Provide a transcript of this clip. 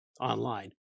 online